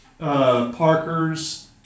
Parker's